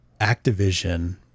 Activision